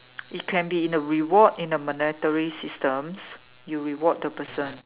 it can be in a reward in a monetary systems you reward the person